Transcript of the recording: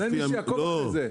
אבל אין מי שיאכוף את זה.